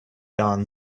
don